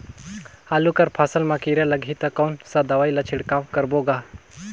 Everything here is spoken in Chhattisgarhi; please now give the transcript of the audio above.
आलू कर फसल मा कीरा लगही ता कौन सा दवाई ला छिड़काव करबो गा?